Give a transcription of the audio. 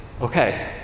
okay